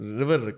river